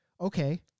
Okay